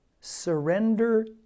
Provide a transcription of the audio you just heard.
surrender